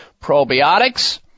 probiotics